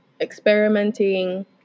experimenting